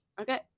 okay